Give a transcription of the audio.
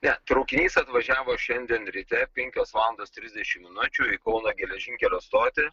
ne traukinys atvažiavo šiandien ryte penkios valandos trisdešim minučių į kauno geležinkelio stotį